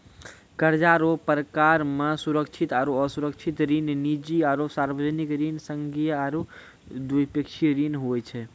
कर्जा रो परकार मे सुरक्षित आरो असुरक्षित ऋण, निजी आरो सार्बजनिक ऋण, संघीय आरू द्विपक्षीय ऋण हुवै छै